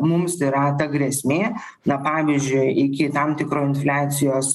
mums į ratą grėsmė na pavyzdžiui iki tam tikro infliacijos